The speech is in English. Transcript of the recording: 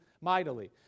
mightily